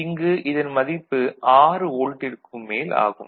இங்கு இதன் மதிப்பு 6 வோல்ட்டிற்கும் மேல் ஆகும்